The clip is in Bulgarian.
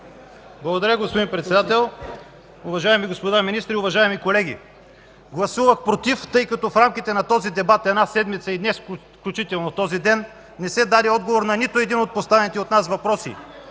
Благодаря, госпожо Председател. Уважаеми господин министър, уважаеми колеги! Гласувах „против”, тъй като в рамките на този дебат – една седмица и нещо, включително този ден, не се даде отговор на нито един от поставените от нас въпроси: